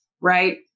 right